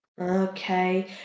Okay